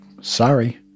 Sorry